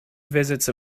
visits